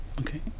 Okay